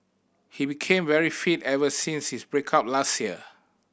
he became very fit ever since his break up last year